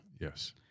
Yes